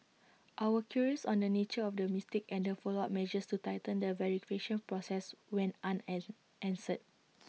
our queries on the nature of the mistake and the follow up measures to tighten the process went an unanswered